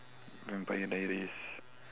vampire dairies